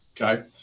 okay